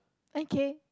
okay